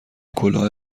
کلاه